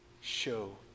show